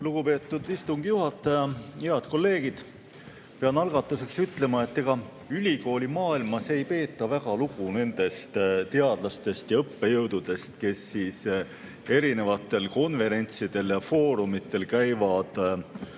Lugupeetud istungi juhataja! Head kolleegid! Pean algatuseks ütlema, et ega ülikoolimaailmas ei peeta väga lugu nendest teadlastest ja õppejõududest, kes eri konverentsidel ja foorumitel käivad